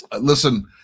Listen